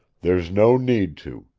there's no need to.